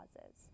causes